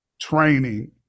training